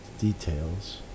details